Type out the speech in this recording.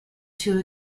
two